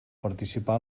participa